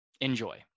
Enjoy